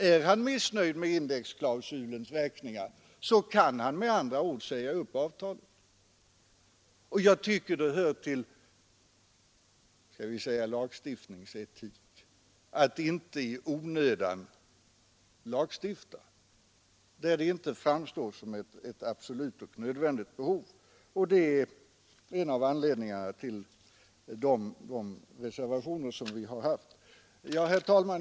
Är han missnöjd med indexklausulens verkningar, så kan han säga upp avtalet. Jag tycker att det hör till — skall vi säga lagstiftningsetik — att inte lagstifta när det inte framstår som ett absolut och nödvändigt behov. Det är en av anledningarna till de reservationer som vi har avgivit. Herr talman!